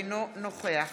אינו נוכח